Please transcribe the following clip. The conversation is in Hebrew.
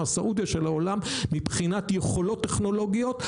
הסעודיה של העולם מבחינת יכולות טכנולוגיות.